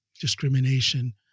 discrimination